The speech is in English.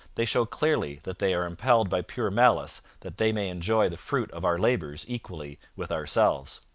they show clearly that they are impelled by pure malice that they may enjoy the fruit of our labours equally with ourselves